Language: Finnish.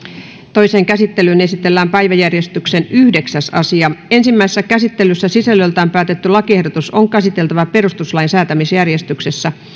toiseen käsittelyyn esitellään päiväjärjestyksen yhdeksäs asia ensimmäisessä käsittelyssä sisällöltään päätetty lakiehdotus on käsiteltävä perustuslain säätämisjärjestyksessä